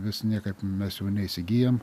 vis niekaip mes jų neįsigyjam